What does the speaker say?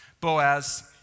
Boaz